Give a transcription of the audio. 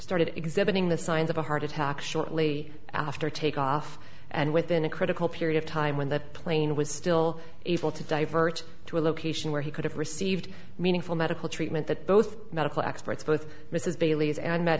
started exhibiting the signs of a heart attack shortly after takeoff and within a critical period of time when the plane was still able to divert to a location where he could have received meaningful medical treatment that both medical experts both mrs bailey's and me